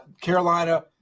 Carolina